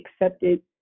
accepted